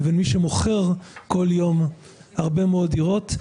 לבין מי שמוכר כל יום הרבה מאוד דירות.